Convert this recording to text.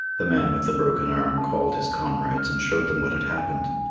the man with the broken arm called his comrades and showed them what had happened,